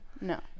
No